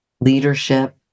leadership